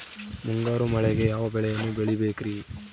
ಮುಂಗಾರು ಮಳೆಗೆ ಯಾವ ಬೆಳೆಯನ್ನು ಬೆಳಿಬೇಕ್ರಿ?